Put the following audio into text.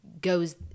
Goes